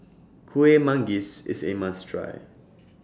Kueh Manggis IS A must Try